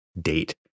date